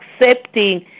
accepting